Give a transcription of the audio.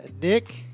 Nick